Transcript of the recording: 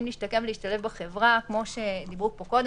להשתקם ולהשתלב בחברה כמו שדיברו פה קודם,